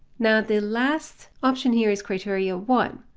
now the last option here is criteria one.